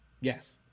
Yes